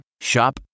Shop